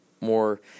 more